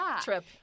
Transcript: trip